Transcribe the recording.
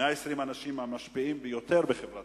120 האנשים המשפיעים ביותר בחברתנו,